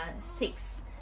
six